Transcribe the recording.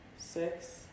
Six